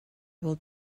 will